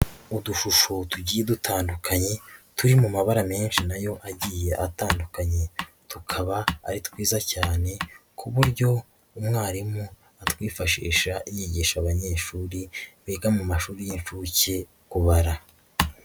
Udushusho tugiye dutandukanye turi mu mabara menshi na yo agiye atandukanye. Tukaba ari twiza cyane ku buryo umwarimu atwifashisha yigisha abanyeshuri biga mu mashuri y'inshuke kubara.